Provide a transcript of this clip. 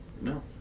no